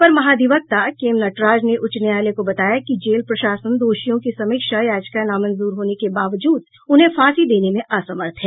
अपर महाधिवक्ता K M Nataraj ने उच्च न्यायालय को बताया कि जेल प्रशासन दोषियों की समीक्षा याचिका नामंजूर होने के बावजूद उन्हें फांसी देने में असमर्थ है